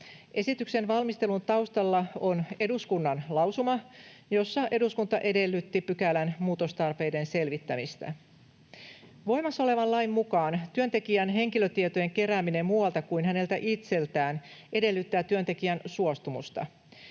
Esityksen valmistelun taustalla on eduskunnan lausuma, jossa eduskunta edellytti pykälän muutostarpeiden selvittämistä. Voimassa olevan lain mukaan työntekijän henkilötietojen kerääminen muualta kuin häneltä itseltään edellyttää työntekijän suostumusta.